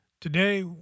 Today